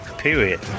period